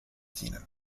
dienen